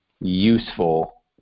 useful